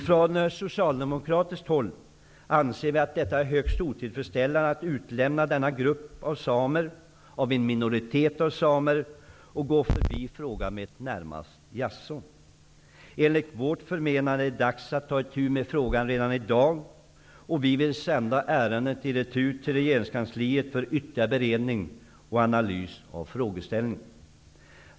Från socialdemokratiskt håll anser vi att det är högst otillfredsställande att utelämna denna grupp av en minoritet av samer och gå förbi frågan med närmast ett ''Jaså?''. Enligt vårt förmenande är det dags att ta itu med frågan redan i dag, och vi vill sända ärendet i retur till regeringskansliet för ytterligare beredning och analys av frågeställningen.